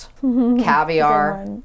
caviar